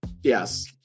Yes